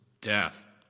death